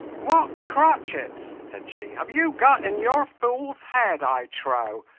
what crotchets, said she, have you got in your fool's head, i trow?